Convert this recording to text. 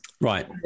Right